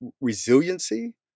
resiliency